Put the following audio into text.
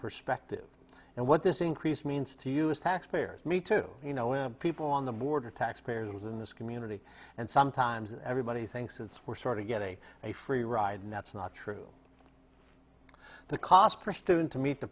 perspective and what this increase means to us taxpayers me to you know people on the border taxpayers in this community and sometimes everybody thinks it's we're sort of get a a free ride and that's not true the cost per student to meet the